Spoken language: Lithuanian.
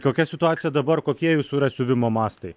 kokia situacija dabar kokie jūsų yra siuvimo mastai